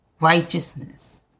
righteousness